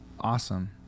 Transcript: awesome